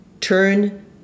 Turn